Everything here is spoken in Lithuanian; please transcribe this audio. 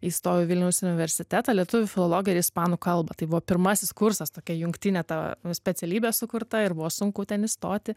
įstojau į vilniaus universitetą lietuvių filologiją ir ispanų kalbą tai buvo pirmasis kursas tokia jungtinė ta specialybė sukurta ir buvo sunku ten įstoti